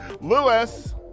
Lewis